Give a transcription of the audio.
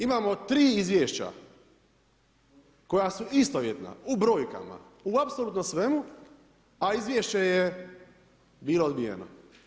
Imamo tri izvješća koja su istovjetna u brojkama u apsolutno svemu, a izvješće je bilo odbijeno.